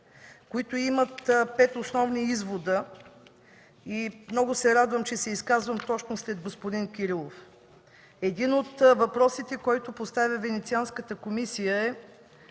които имат пет основни извода. Много се радвам, че се изказвам точно след господин Кирилов. Един от въпросите, които поставя Венецианската комисия, е: